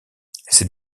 ces